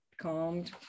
calmed